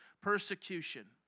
Persecution